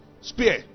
spear